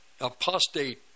apostate